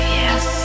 yes